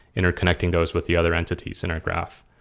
interconnecting those with the other entities in our graph.